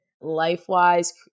life-wise